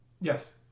Yes